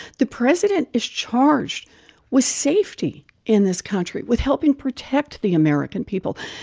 the president is charged with safety in this country, with helping protect the american people,